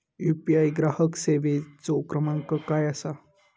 UPI ग्राहक सेवेचो क्रमांक काय असा?